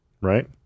Right